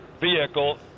vehicle